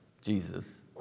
Jesus